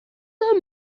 are